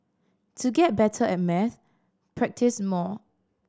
to get better at maths practise more